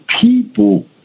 people